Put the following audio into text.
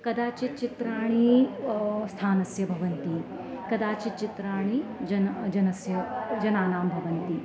कदाचित् चित्राणि स्थानस्य भवन्ति कदाचित् चित्राणि जनः जनस्य जनानां भवन्ति